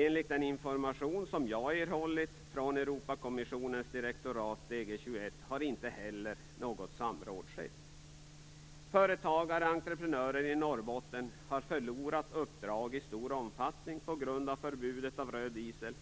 Enligt den information som jag erhållit från Europakommissionens direktorat DG 21 har inte heller något samråd skett. Företagare och entreprenörer i Norrbotten har förlorat uppdrag i stor omfattning på grund av förbudet mot röd diesel.